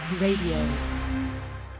Radio